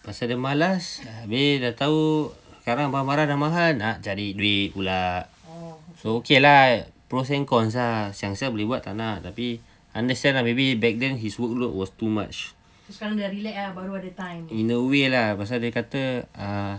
pasal dia malas habis dah tahu sekarang barang-barang dah mahal nak cari duit pula so okay lah pros and cons ah siang-siang boleh buat tak nak tapi understand lah maybe back then his workload was too much in a way lah pasal dia kata uh